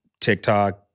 TikTok